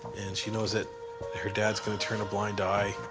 and she knows that her dad's going to turn a blind eye.